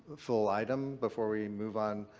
full item before we move on.